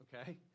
okay